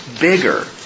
bigger